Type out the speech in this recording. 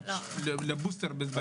בוסטר?